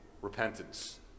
Repentance